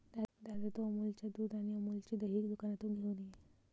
दादा, तू अमूलच्या दुध आणि अमूलचे दही दुकानातून घेऊन ये